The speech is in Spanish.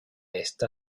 esta